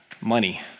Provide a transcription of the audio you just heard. money